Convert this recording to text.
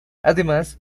además